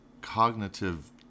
cognitive